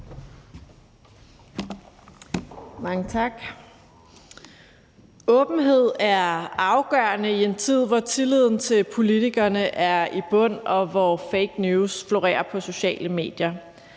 Mange tak. Åbenhed er afgørende i en tid, hvor tilliden til politikerne er i bund, og hvor fake news florerer på sociale medier.